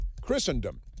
Christendom